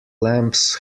lamps